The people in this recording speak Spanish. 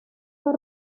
fue